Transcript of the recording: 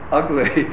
ugly